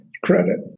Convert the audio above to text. Credit